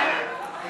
כי